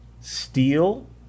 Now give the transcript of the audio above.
steel